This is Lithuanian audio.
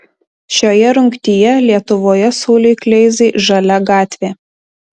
šioje rungtyje lietuvoje sauliui kleizai žalia gatvė